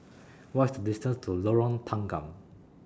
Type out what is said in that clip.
What IS The distance to Lorong Tanggam